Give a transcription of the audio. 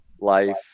life